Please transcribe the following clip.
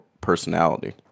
personality